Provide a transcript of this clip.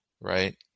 right